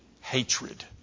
hatred